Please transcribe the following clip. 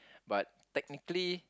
but technically